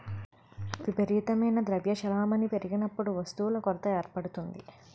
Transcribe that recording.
విపరీతమైన ద్రవ్య చలామణి పెరిగినప్పుడు వస్తువుల కొరత ఏర్పడుతుంది